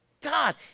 God